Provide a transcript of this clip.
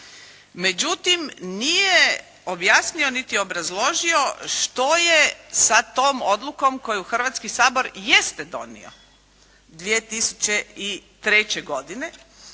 Međutim nije objasnio niti obrazložio što je sa tom odlukom koju Hrvatski sabor jeste donio 2003. godine